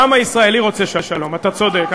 העם הישראלי רוצה שלום, אתה צודק.